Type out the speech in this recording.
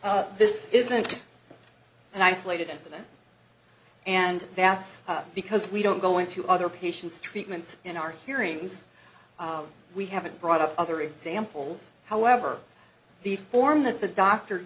me this isn't an isolated incident and that's because we don't go into other patients treatments in our hearings we haven't brought up other examples however the form that the doctor